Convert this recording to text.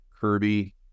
Kirby